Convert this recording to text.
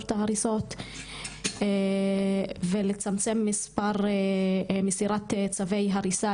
את ההריסות ולצמצם את מסירת צווי ההריסה,